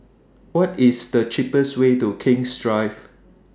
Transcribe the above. What IS The cheapest Way to King's Drive